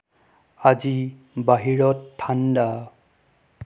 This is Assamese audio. আজি বাহিৰত ঠাণ্ডা